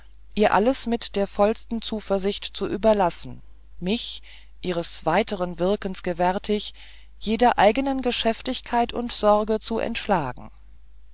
ihr alles mit der vollsten zuversicht zu überlassen mich ihres weiteren winkes gewärtig jeder eigenen geschäftigkeit und sorge zu entschlagen